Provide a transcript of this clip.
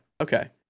Okay